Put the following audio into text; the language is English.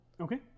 Okay